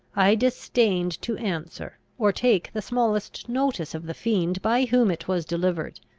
i disdained to answer, or take the smallest notice of the fiend by whom it was delivered.